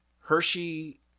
Hershey